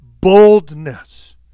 boldness